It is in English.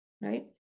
Right